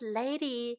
lady